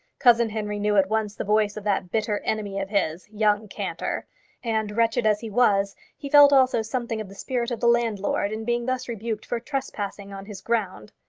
cousin henry knew at once the voice of that bitter enemy of his, young cantor and, wretched as he was, he felt also something of the spirit of the landlord in being thus rebuked for trespassing on his ground.